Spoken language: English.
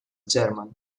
german